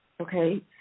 Okay